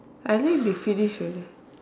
I think they finish already